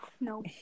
No